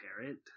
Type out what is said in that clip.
parent